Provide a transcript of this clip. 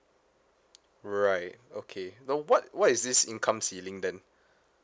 right okay now what what is this income ceiling then